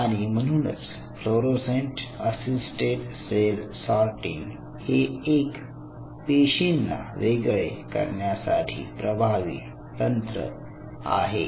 आणि म्हणूनच fluorescent assisted cell sorting हे एक पेशींना वेगळे करण्यासाठी प्रभावी तंत्र आहे